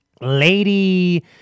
lady